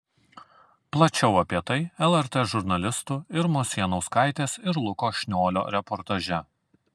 plačiau apie tai lrt žurnalistų irmos janauskaitės ir luko šniolio reportaže